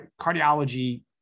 cardiology